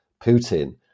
Putin